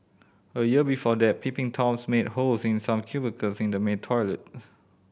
a year before that peeping Toms made holes in some cubicles in the male toilet